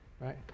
Right